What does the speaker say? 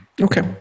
Okay